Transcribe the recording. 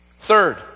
Third